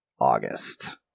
August